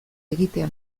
egitea